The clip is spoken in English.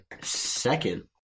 second